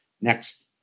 next